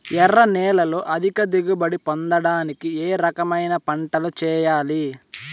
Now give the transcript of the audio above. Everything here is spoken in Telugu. ఎర్ర నేలలో అధిక దిగుబడి పొందడానికి ఏ రకమైన పంటలు చేయాలి?